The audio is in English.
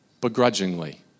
begrudgingly